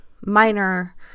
minor